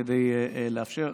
כדי לאפשר,